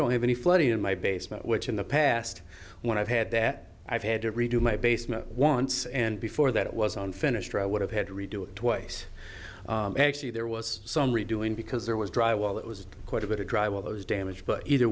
don't have any flooding in my basement which in the past when i've had that i've had to redo my basement once and before that it was unfinished or i would have had to redo it twice actually there was some redoing because there was drywall that was quite a bit of drywall those damaged but either